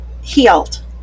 healed